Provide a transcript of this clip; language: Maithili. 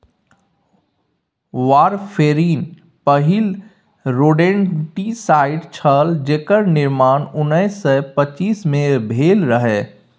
वारफेरिन पहिल रोडेंटिसाइड छल जेकर निर्माण उन्नैस सय पचास मे भेल रहय